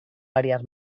variar